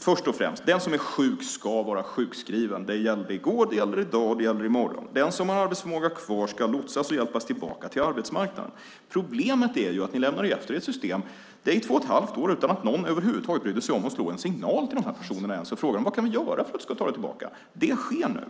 Först och främst: Den som är sjuk ska vara sjukskriven. Det gällde i går, det gäller i dag och det gäller i morgon. Den som har arbetsförmåga kvar ska lotsas och hjälpas tillbaka till arbetsmarknaden. Problemet är att ni lämnade efter er ett system där det gick två och halvt år utan att någon över huvud taget brydde sig om att slå en signal till de här personerna och fråga: Vad kan vi göra för att du ska kunna ta dig tillbaka? Det sker nu.